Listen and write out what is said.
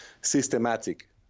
systematic